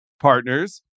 partners